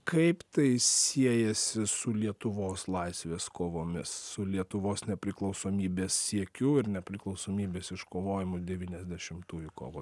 kaip tai siejasi su lietuvos laisvės kovomis su lietuvos nepriklausomybės siekiu ir nepriklausomybės iškovojimu devyniasdešimtųjų kovo